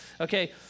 okay